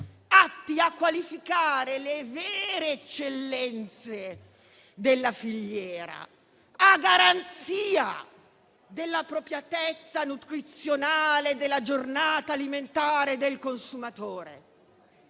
atti a qualificare le vere eccellenze della filiera, a garanzia dell'appropriatezza nutrizionale della giornata alimentare del consumatore.